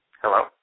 Hello